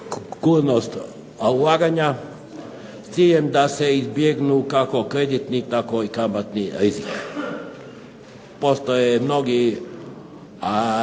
sigurnost ulaganja s ciljem da se izbjegnu kako kreditni, tako i kamatni rizici. Postoje mnogi